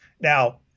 Now